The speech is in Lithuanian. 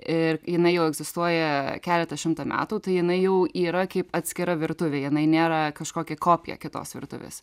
ir jinai jau egzistuoja keletą šimtą metų tai jinai jau yra kaip atskira virtuvė jinai nėra kažkokia kopija kitos virtuvės